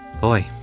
Boy